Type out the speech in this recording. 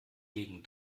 gegen